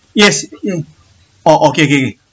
yes mm orh okay K K